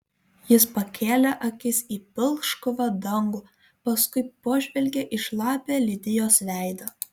jis pakėlė akis į pilkšvą dangų paskui pažvelgė į šlapią lidijos veidą